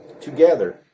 together